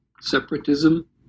Separatism